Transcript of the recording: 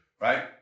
right